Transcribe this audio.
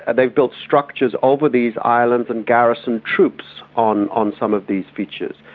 and they've built structures over these islands and garrisoned troops on on some of these features.